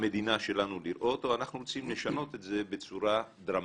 במדינה שלנו לראות או אנחנו רוצים לשנות את זה בצורה דרמטית?